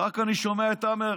אני שומע את חמד עמאר: